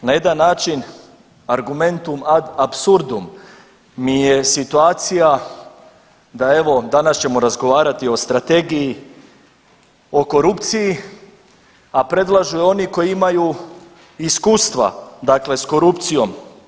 Na jedan način argumentum ad apsurdum mi je situacija da evo danas ćemo razgovarati o strategiji o korupciji, a predlažu ju oni koji imaju iskustva, dakle s korupcijom.